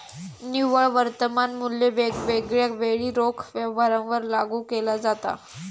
निव्वळ वर्तमान मुल्य वेगवेगळ्या वेळी रोख व्यवहारांवर लागू केला जाता